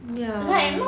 ya